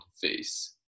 face